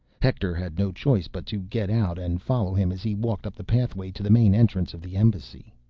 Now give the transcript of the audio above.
hector had no choice but to get out and follow him as he walked up the pathway to the main entrance of the embassy.